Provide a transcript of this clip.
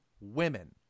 women